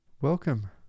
Welcome